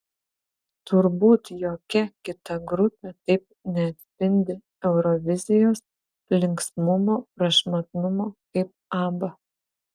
turbūt jokia kita grupė taip neatspindi eurovizijos linksmumo prašmatnumo kaip abba